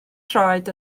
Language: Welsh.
traed